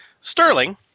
Sterling